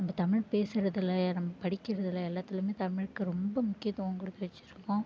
நம்ம தமிழ் பேசுறதில் நம்ம படிக்கிறதில் எல்லாத்துலேயுமே தமிழுக்கு ரொம்ப முக்கியத்துவம் கொடுத்து வச்சிருக்கோம்